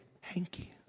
hanky